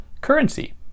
currency